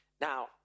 Now